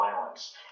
violence